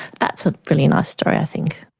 that's a really nice story i think.